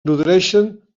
nodreixen